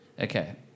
Okay